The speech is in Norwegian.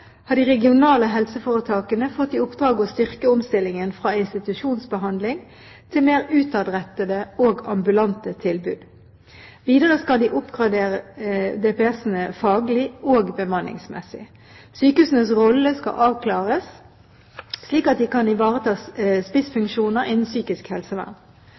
har de regionale helseforetakene fått i oppdrag å styrke omstillingen fra institusjonsbehandling til mer utadrettede og ambulante tilbud. Videre skal de oppgradere DPS-ene faglig og bemanningsmessig. Sykehusenes rolle skal avklares, slik at de kan ivareta spissfunksjoner innen psykisk helsevern.